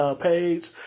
page